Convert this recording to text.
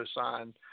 signed